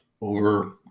over